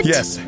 Yes